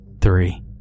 three